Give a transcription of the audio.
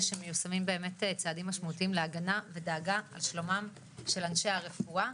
שמיושמים באמת צעדים משמעותיים להגנה ודאגה על שלומם של אנשי הרפואה.